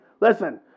listen